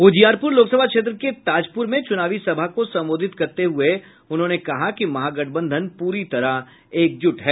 उजियारपुर लोकसभा क्षेत्र के ताजपुर में चुनावी सभा को संबोधित करते हुए कहा कि महागठबंधन पूरी तरह एकजुट है